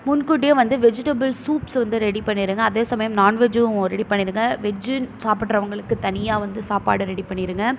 முன்கூட்டியே வந்து vegetables soups வந்து ரெடி பண்ணிடுங்க அதே சமயம் நான்வெஜ்ஜும் ரெடி பண்ணிடுங்க வெஜ்ஜி சாப்பிட்றவங்களுக்கு தனியாக வந்து சாப்பாடு ரெடி பண்ணிடுங்க